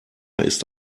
ist